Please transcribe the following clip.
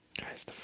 guys